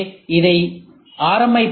எனவேஇதை R